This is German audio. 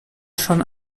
schon